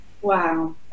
wow